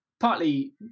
partly